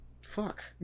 fuck